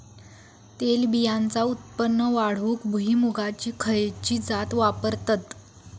तेलबियांचा उत्पन्न वाढवूक भुईमूगाची खयची जात वापरतत?